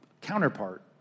counterpart